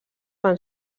van